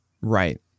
Right